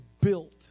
built